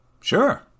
Sure